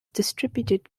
distributed